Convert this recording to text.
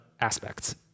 aspects